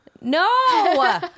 No